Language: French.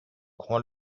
crois